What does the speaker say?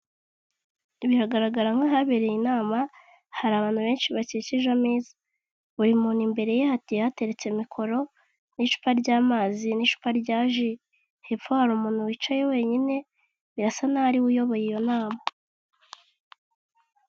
Biragaragara nk'ahabereye inama hari abantu benshi bakikije ameza, buri muntu imbere ye hagiye hateretse mikoro n'icupa ry'amazi n'icupa rya ji, hepfo hari umuntu wicaye wenyine birasa nkaho ariwe uyoboye iyo nama.